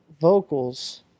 vocals